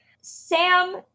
Sam